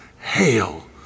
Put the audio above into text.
Hail